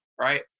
right